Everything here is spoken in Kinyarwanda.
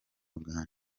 uganda